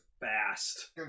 fast